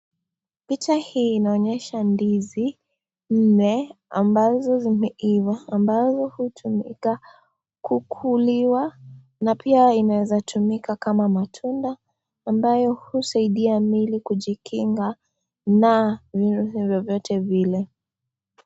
Picha hii inaonyesha ndizi nne, ambazo zimeiva ambayo hutumika kukuliwa na pia inaeza tumika kama matunda, ambayo husaidia mwili kujikinga na virusi vyovyote vile.